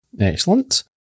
Excellent